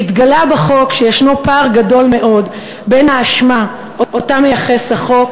התגלה שיש בחוק פער גדול מאוד בין האשמה שמייחס החוק